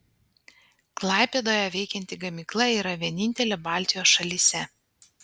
klaipėdoje veikianti gamykla yra vienintelė baltijos šalyse